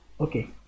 Okay